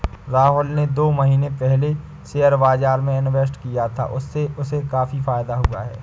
राहुल ने दो महीने पहले शेयर बाजार में इन्वेस्ट किया था, उससे उसे काफी फायदा हुआ है